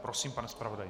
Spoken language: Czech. Prosím, pane zpravodaji.